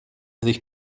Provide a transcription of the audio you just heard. sich